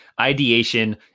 ideation